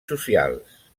socials